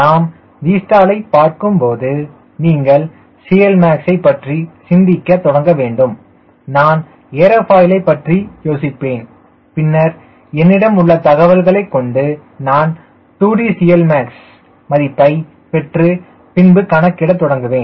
நாம் Vstall ஐப் பார்க்கும்போது நீங்கள் CLmax ஐப் பற்றி சிந்திக்கத் தொடங்கவேண்டும் நான் ஏர்பாயிலை பற்றி யோசிப்பேன் பின்னர் என்னிடம் உள்ள தகவல்களை கொண்டு நான் 2D CLmax மதிப்பைப் பெற்று பின்பு கணக்கிட தொடங்குவேன்